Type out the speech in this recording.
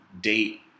date